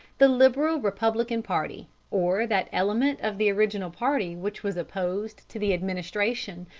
the liberal republican party, or that element of the original party which was opposed to the administration,